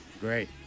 Great